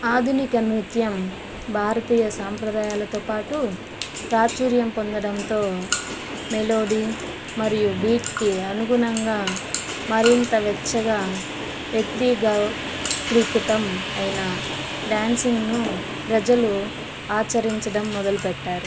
ఆధునిక నృత్యం భారతీయ సాంప్రదాయాలతో పాటు ప్రాచుర్యం పొందడంతో మెలోడీ మరియు బీట్కి అనుగుణంగా మరింత స్వేచ్చగా వ్యక్తీకృతం అయిన డ్యాన్సింగ్ను ప్రజలు ఆచరించడం మొదలుపెట్టారు